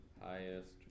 highest